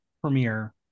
premiere